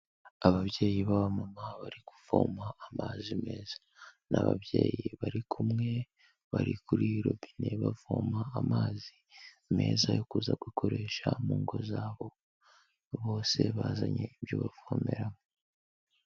Ababyeyi b'abamama bari kuvoma amazi meza, ni ababyeyi bari kumwe bari kuri robine bavoma amazi meza yo kuza gukoresha mu ngo zabo, bose bazanye ibyo bavomeramo.